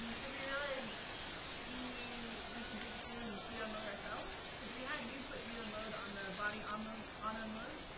cause we realized we we could just do g unload ourselves. cause we had you put g unload on the body um ah and on unload.